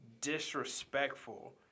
disrespectful